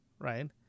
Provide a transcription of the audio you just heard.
right